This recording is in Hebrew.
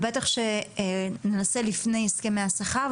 ובטח שננסה לפני הסכמי השכר,